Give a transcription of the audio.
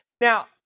Now